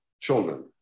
children